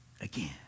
again